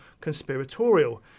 conspiratorial